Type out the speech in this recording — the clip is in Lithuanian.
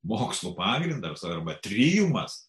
mokslų pagrindas arba trijumas